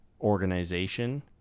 organization